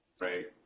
Right